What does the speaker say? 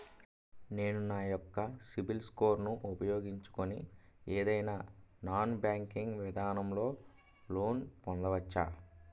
నేను నా యెక్క సిబిల్ స్కోర్ ను ఉపయోగించుకుని ఏదైనా నాన్ బ్యాంకింగ్ విధానం లొ లోన్ పొందవచ్చా?